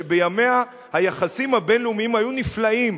שבימיה היחסים הבין-לאומיים היו נפלאים.